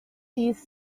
these